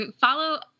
follow